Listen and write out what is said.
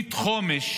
שתוכנית חומש